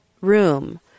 room